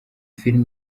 film